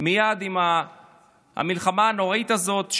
מייד עם המלחמה הנוראית הזאת,